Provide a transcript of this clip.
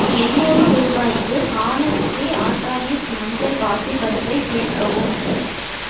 எண்ணூறு ரூபாய்க்கு honestly organic மஞ்சள் பாசிப் பருப்பை சேர்க்கவும்